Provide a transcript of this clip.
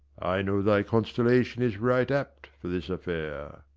i know thy constellation is right apt for this affair.